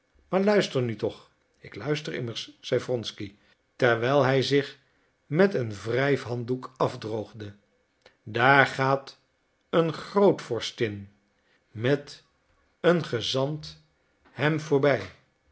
daar maar luister nu toch ik luister immers zeide wronsky terwijl hij zich met een wrijfhanddoek afdroogde daar gaat een grootvorstin met een gezant hem voorbij